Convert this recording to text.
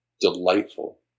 delightful